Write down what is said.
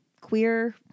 queer